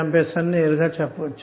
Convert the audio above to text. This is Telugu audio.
2 A అని నేరుగా చెప్పవచ్చు